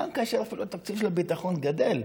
גם כאשר תקציב הביטחון גדל,